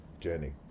journey